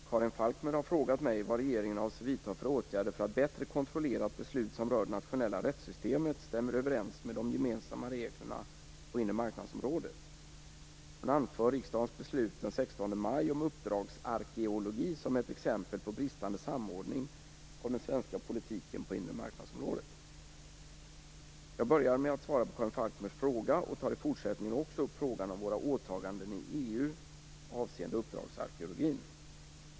Fru talman! Karin Falkmer har frågat mig vad regeringen avser vidta för åtgärder för att bättre kontrollera att beslut som rör det nationella rättssystemet stämmer överens med de gemensamma reglerna på inremarknadsområdet. Hon anför riksdagens beslut den 16 maj om uppdragsarkeologi som ett exempel på bristande samordning av den svenska politiken på inremarknadsområdet. Jag börjar med att svara på Karin Falkmers fråga och tar i fortsättningen också upp frågan om våra åtaganden i EU avseende uppdragsarkeologin.